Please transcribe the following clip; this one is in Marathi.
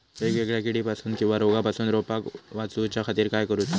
वेगवेगल्या किडीपासून किवा रोगापासून रोपाक वाचउच्या खातीर काय करूचा?